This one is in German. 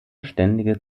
ständige